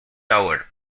tower